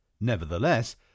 Nevertheless